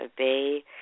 obey